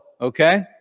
Okay